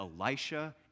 Elisha